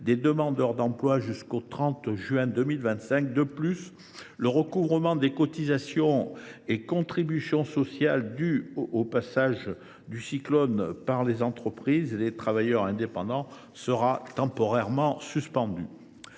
des allocations chômage jusqu’au 30 juin 2025. De plus, le recouvrement des cotisations et contributions sociales dues depuis le passage du cyclone par les entreprises et les travailleurs indépendants sera temporairement suspendu.